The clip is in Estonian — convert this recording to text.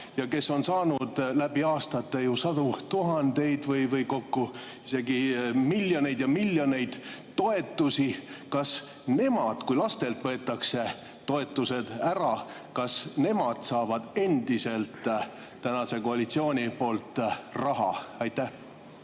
ja kes on saanud aastate jooksul sadu tuhandeid või kokku isegi miljoneid ja miljoneid toetusi. Kui lastelt võetakse toetused ära, kas nemad saavad endiselt tänaselt koalitsioonilt raha? Aitäh!